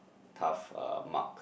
tough uh mark